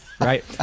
right